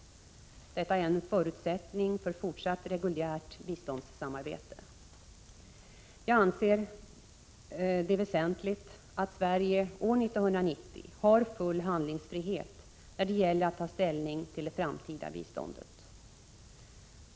Detta är en förutsättning för fortsatt reguljärt biståndssamarbete. Jag anser det väsentligt att Sverige år 1990 har full handlingsfrihet när det gäller att ta ställning till det framtida biståndet.